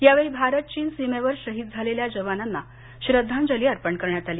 यावेळी भारत चीन सीमेवर शहीद झालेल्या जवानांना श्रद्धांजली अर्पण करण्यात आली